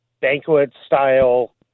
banquet-style